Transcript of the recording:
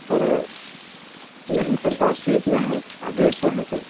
sir नहीं sir cost ही इतना है डेढ़ सौ है सर